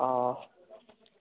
অ